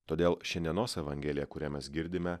todėl šiandienos evangelija kurią mes girdime